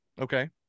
Okay